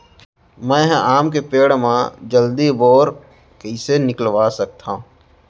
मैं ह आम के पेड़ मा जलदी बौर कइसे निकलवा सकथो?